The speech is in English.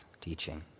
teaching